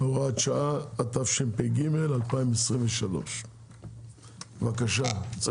(הוראת שעה), התשפ"ג 2023. בבקשה, אסף לוי.